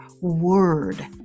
word